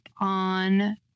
on